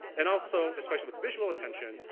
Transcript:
and also, especially with visual attention,